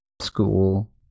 School